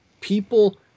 people